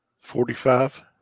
forty-five